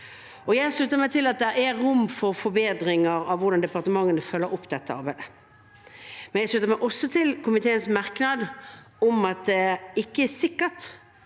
Jeg slutter meg til at det er rom for forbedringer av hvordan departementene følger opp dette arbeidet. Jeg slutter meg også til komiteens merknad om at det ikke er sikkert